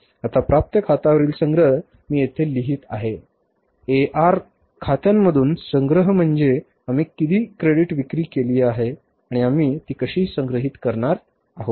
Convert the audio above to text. आता प्राप्य खात्यांवरील संग्रह मी येथे लिहित आहे AR खात्यांमधून संग्रह म्हणजे आम्ही किती क्रेडिट विक्री केली आहे आणि आम्ही ती कशी संग्रहित करणार आहोत